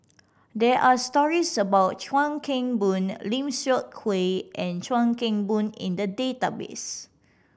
there are stories about Chuan Keng Boon Lim Seok Hui and Chuan Keng Boon in the database